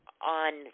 on